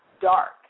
dark